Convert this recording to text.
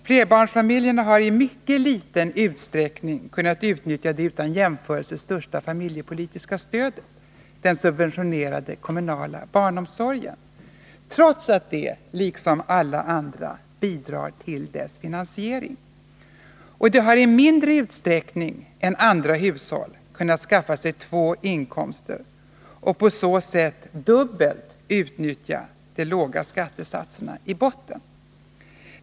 Flerbarnsfamiljerna har i mycket liten utsträckning kunnat utnyttja det utan jämförelse största familjepolitiska stödet — den subventionerade kommunala barnomsorgen — trots att de liksom alla andra bidrar till dess finansiering. De har i mindre utsträckning än andra hushåll kunnat skaffa sig två inkomster och på så sätt dubbelt utnyttja de låga skattesatserna i botten.